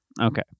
Okay